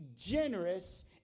generous